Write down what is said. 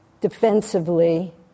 defensively